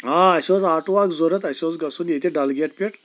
آ اَسہِ اوس آٹوٗ اَکھ ضورَتھ اسہِ اوس گژھُن ییٚتہِ ڈَلگیٹ پٮ۪ٹھ